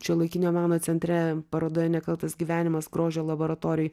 šiuolaikinio meno centre parodoje nekaltas gyvenimas grožio laboratorijoj